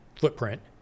footprint